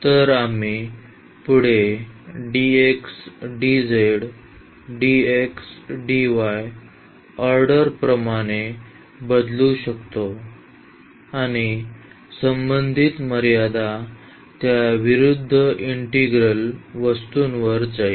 तसेच आम्ही पुढे ऑर्डर प्रमाणे बदलू शकतो आणि संबंधित मर्यादा त्या विरूद्ध इंटिग्रल्स वस्तूंवर जाईल